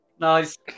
Nice